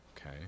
okay